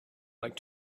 like